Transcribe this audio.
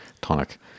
tonic